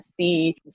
see